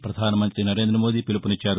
ప్రపధాన మంతి నరేంద్రమోదీ పిలుపునిచ్చారు